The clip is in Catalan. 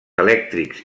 elèctrics